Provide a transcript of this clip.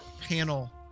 panel